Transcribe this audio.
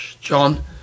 John